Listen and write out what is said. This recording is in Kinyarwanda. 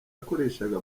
yakoreshaga